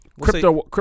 crypto